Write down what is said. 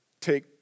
take